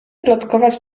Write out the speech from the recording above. plotkować